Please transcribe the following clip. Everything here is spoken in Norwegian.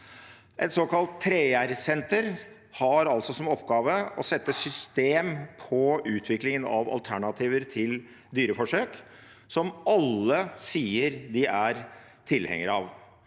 Et såkalt 3R-senter har som oppgave å se systematisk på utviklingen av alternativer til dyreforsøk, som alle sier de er tilhengere av.